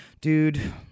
dude